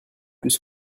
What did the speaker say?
plus